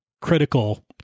critical